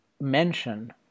mention